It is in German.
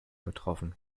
betroffen